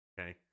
okay